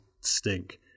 stink